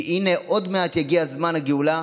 הפיחו בהם תקווה כי הינה עוד מעט יגיע זמן הגאולה